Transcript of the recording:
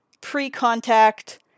pre-contact